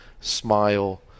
smile